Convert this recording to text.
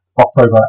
October